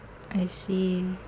I see